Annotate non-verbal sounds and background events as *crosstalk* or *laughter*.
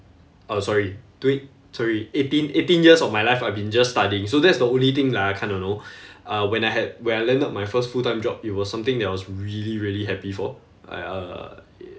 uh sorry twen~ sorry eighteen eighteen years of my life I've been just studying so that's the only thing that I kind of know *breath* uh when I had when I landed my first full-time job it was something that I was really really happy for I I uh